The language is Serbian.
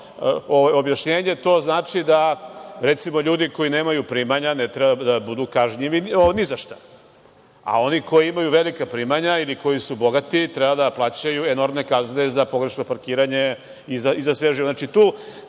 To znači da ljudi koji nemaju primanja ne treba da budu kažnjeni ni za šta. A oni koji imaju velika primanja ili koji su bogati treba da plaćaju enormne kazne za pogrešno parkiranje i za sve